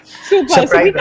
Super